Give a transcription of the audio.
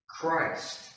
Christ